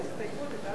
מוחמד ברכה,